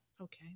Okay